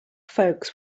folks